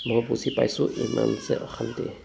মই বুজি পাইছোঁ ইমান যে অশান্তি